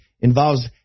involves